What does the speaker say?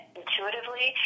intuitively